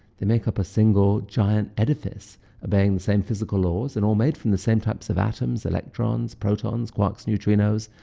they make up a single, giant edifice obeying the same physical laws and all made from the same types of atoms, electrons, protons, quarks, neutrinos,